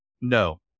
No